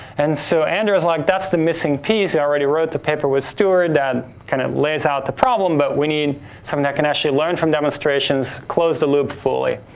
and so, andrew was like that's the missing piece, already wrote the paper with stewart that kind of lays out the problem, but we need something that can actually learn from demonstrations, close the loop fully.